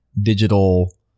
digital